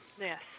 yes